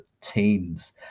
teens